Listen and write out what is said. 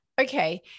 Okay